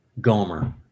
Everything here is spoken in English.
Gomer